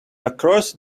across